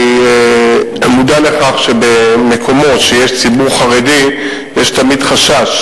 אני מודע לכך שבמקומות שיש בהם ציבור חרדי יש תמיד חשש